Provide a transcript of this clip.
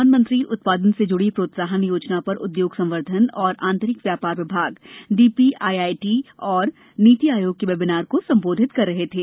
प्रधानमंत्री उत्पादन से जुडी प्रोत्साहन योजना पर उद्योग संवर्धन और आंतरिक व्यापार विभाग D P I I T तथा नीति आयोग के वेबिनार को सम्बोधित कर रहे थे